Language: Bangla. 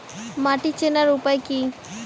মাটি চেনার উপায় কি?